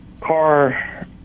car